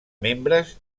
membres